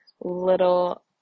little